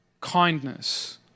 kindness